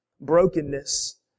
brokenness